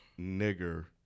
nigger